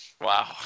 Wow